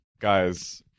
guys